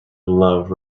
love